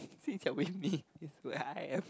since you're with me it's where I am